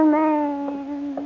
man